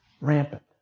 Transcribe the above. rampant